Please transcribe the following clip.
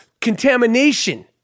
contamination